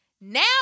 now